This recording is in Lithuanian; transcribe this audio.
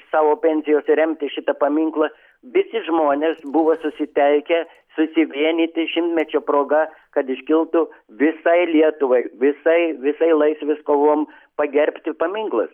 savo pensijos remti šitą paminklą visi žmonės buvo susitelkę susivienyti šimtmečio proga kad iškiltų visai lietuvai visai visai laisvės kovom pagerbti paminklas